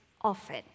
often